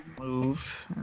Move